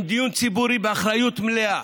עם דיון ציבורי באחריות מלאה.